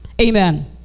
Amen